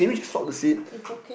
it's okay